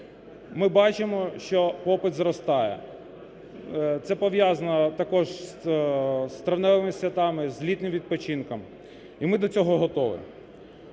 Ми бачимо, що попит зростає. Це пов'язано також із травневими святами, з літнім відпочинком. І ми до цього готові.